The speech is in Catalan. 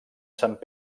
sant